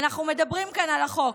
אנחנו מדברים כאן על החוק.